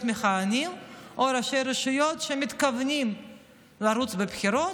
מכהנים או מראשי רשויות שמתכוונים לרוץ לבחירות,